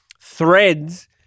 Threads